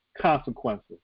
consequences